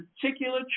particular